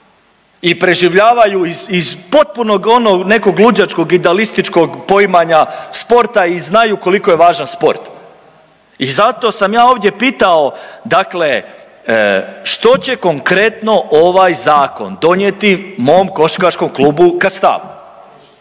i preživljavaju iz potpuno onog nekog luđačkog idealističkom poimanja sporta i znaju koliko je važan sport. I zato sam ja ovdje pitao, dakle što će konkretno ovaj zakon donijeti mom košarkaškom klubu u Kastavu?